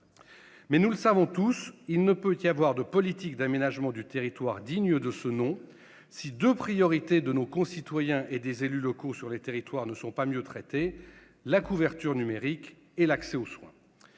Mais, nous le savons tous, il ne peut y avoir de politique d'aménagement du territoire digne de ce nom si les deux priorités de nos concitoyens et des élus locaux sur les territoires ne sont pas mieux traitées : la couverture numérique et l'accès aux soins.